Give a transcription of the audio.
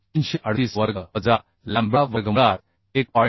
2338 वर्ग वजा लॅम्बडा वर्गमुळात 1